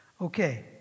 Okay